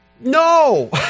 No